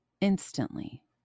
Instantly